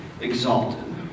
exalted